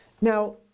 Now